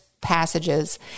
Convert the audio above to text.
passages